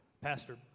Pastor